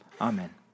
Amen